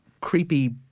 creepy